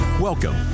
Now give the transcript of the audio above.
Welcome